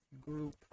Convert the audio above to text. group